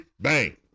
Bang